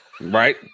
right